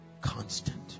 Constant